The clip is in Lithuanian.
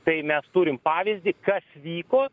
tai mes turim pavyzdį kas vyko